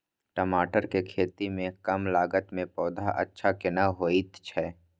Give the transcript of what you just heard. टमाटर के खेती में कम लागत में पौधा अच्छा केना होयत छै?